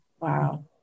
Wow